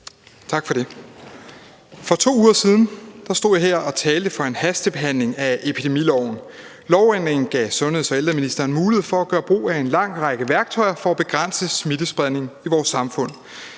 stod jeg her og talte for en hastebehandling af epidemiloven. Lovændringen gav sundheds- og ældreministeren mulighed for at gøre brug af en lang række værktøjer for at begrænse smittespredning i vores samfund.